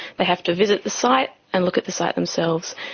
they have to visit the site and look at the site themselves,